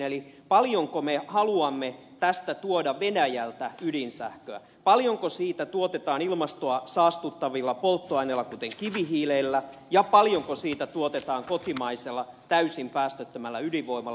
eli paljonko me haluamme tästä tuoda venäjältä ydinsähköä paljonko siitä tuotetaan ilmastoa saastuttavilla polttoaineilla kuten kivihiilellä ja paljonko siitä tuotetaan kotimaisella täysin päästöttömällä ydinvoimalla